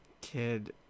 kid